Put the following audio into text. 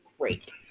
great